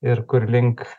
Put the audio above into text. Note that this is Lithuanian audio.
ir kurlink